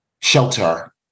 shelter